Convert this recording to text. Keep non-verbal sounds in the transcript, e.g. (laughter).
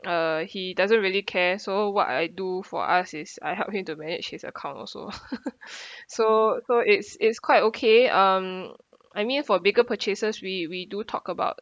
uh he doesn't really care so what I do for us is I help him to manage his account also (laughs) (breath) so so it's it's quite okay um I mean for bigger purchases we we do talk about